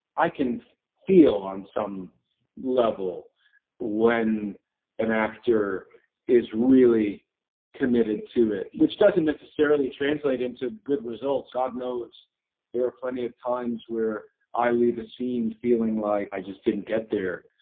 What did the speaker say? i can feel on some level when an actor is really committed to it, which doesn't necessarily translate into good results. god knows there are plenty of times where i leave a scene feeling like i just didn't get there.